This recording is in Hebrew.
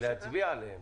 להצביע עליהם.